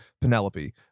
Penelope